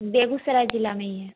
बेगूसराय ज़िला में ही है